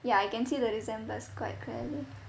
ya I can see the resemblence quite clearly